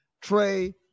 Trey